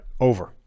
Over